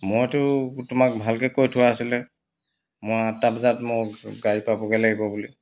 মইতো তোমাক ভালকৈ কৈ থোৱা আছিলে মই আঠটা বজাত মই গাড়ী পাবগৈ লাগিব বুলি